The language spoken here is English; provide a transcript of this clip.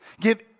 Give